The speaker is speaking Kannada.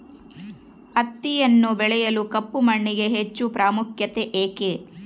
ಹತ್ತಿಯನ್ನು ಬೆಳೆಯಲು ಕಪ್ಪು ಮಣ್ಣಿಗೆ ಹೆಚ್ಚು ಪ್ರಾಮುಖ್ಯತೆ ಏಕೆ?